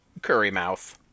Currymouth